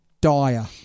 dire